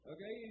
Okay